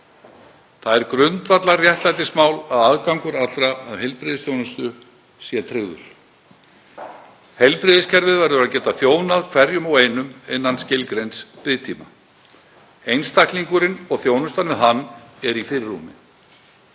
Það er grundvallarréttlætismál að aðgangur allra að heilbrigðisþjónustu sé tryggður. Heilbrigðiskerfið verður að geta þjónað hverjum og einum innan skilgreinds biðtíma. Einstaklingurinn og þjónustan við hann eru í fyrirrúmi.